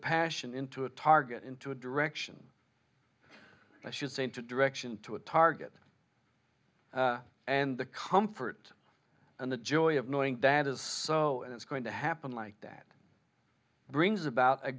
passion into a target into a direction i should say into direction to a target and the comfort and the joy of knowing that is so and it's going to happen like that brings about a